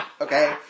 Okay